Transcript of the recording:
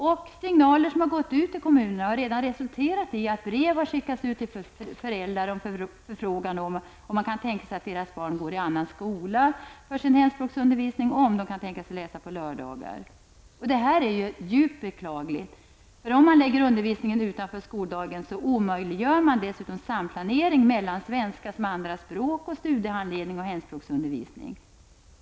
De signaler som gått ut till kommunerna har redan resulterat i att brev har skickats ut till föräldrarna om förfrågningar om de kan tänka sig att deras barn för sin hemspråksundervisning kan gå i en annan skola och om de kan tänka sig att läsa på lördagar. Detta är djupt beklagligt. Om man lägger undervisningen utanför skoldagen omöjliggör man dessutom samplanering mellan svenska, som andra språk, studiehandledning och hemspråksundervisning.